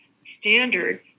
standard